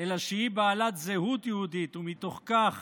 אלא שהיא בעלת זהות יהודית, ומתוך כך